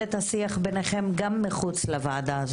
את השיח ביניכם גם מחוץ לוועדה הזו.